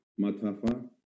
Matafa